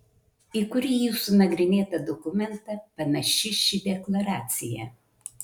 į kurį jūsų nagrinėtą dokumentą panaši ši deklaracija